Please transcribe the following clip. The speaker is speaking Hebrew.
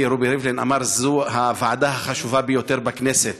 רובי ריבלין אמר שזאת הוועדה החשובה ביותר בכנסת.